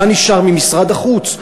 מה נשאר ממשרד החוץ?